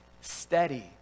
steady